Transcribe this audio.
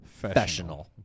professional